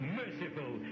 merciful